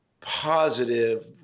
positive